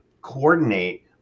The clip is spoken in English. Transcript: coordinate